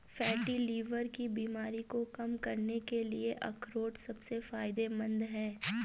fatty liver की बीमारी को कम करने के लिए अखरोट सबसे फायदेमंद है